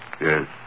Yes